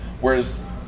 Whereas